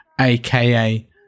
aka